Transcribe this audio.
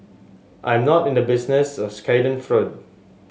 I'm not in the business of schadenfreude